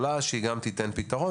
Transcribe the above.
מההתאחדות לכדורגל.